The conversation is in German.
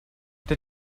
der